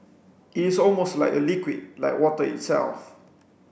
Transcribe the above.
it is almost like a liquid like water itself